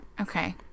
Okay